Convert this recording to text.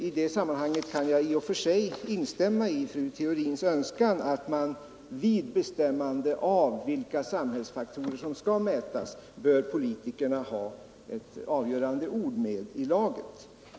I det sammanhanget kan jag i och för sig instämma i fru Theorins önskan att man vid bedömande av vilka samhällsfaktorer som skall mätas bör låta politikerna ha ett avgörande ord med i laget.